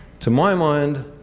to my mind,